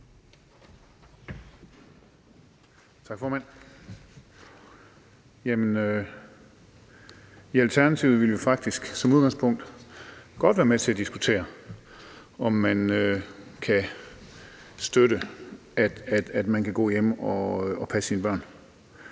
I Alternativet vil vi faktisk som udgangspunkt godt være med til at diskutere, om man kan støtte, at man kan gå hjemme og passe sine børn.